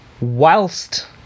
whilst